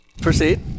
Proceed